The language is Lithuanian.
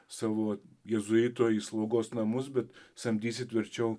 savo jėzuito į slaugos namus bet samdysit verčiau